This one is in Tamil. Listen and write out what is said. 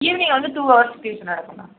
ஈவினிங் வந்து டூ ஹவர்ஸ் டியூஷன் நடக்கும் மேம்